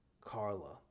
Carla